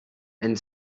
and